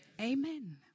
Amen